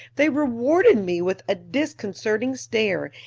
they rewarded me with a disconcerting stare,